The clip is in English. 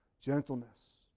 gentleness